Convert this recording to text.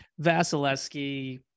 Vasilevsky